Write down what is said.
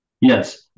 Yes